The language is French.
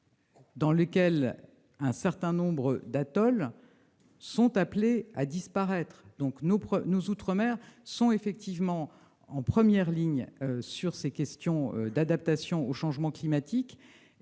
territoire, un certain nombre d'atolls sont appelés à disparaître. Nos outre-mer sont donc en première ligne sur ces questions d'adaptation au changement climatique,